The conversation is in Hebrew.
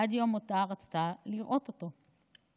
עד יום מותה רצתה לראות אותו.